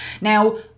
Now